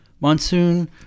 Monsoon